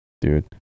dude